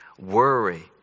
worry